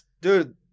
Dude